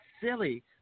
silly